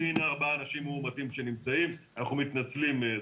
שהנה ארבעת האנשים המאומתים של אתמול ואנחנו מתנצלים.